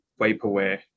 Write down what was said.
vaporware